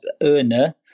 earner